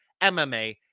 MMA